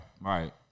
Right